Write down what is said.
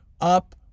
up